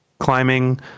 Climbing